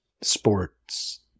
sports